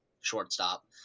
shortstop